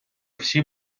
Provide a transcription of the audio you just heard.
всі